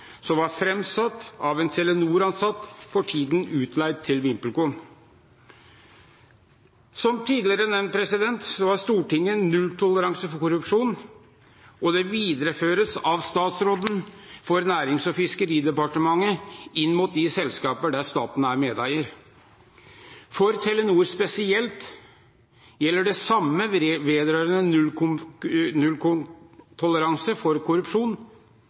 tidspunkt var kjent med mistanke om korrupsjon i VimpelCom som var framsatt av en Telenor-ansatt, for tiden utleid til VimpelCom. Som tidligere nevnt har Stortinget nulltoleranse for korrupsjon, og det videreføres av næringsministeren inn mot de selskapene der staten er medeier. For Telenor spesielt gjelder det samme vedrørende nulltoleranse for korrupsjon,